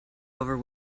over